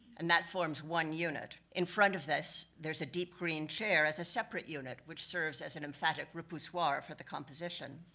and that forms one unit. in front of this, there's a deep green chair as a separate unit, which serves as an emphatic repoussoir for the composition.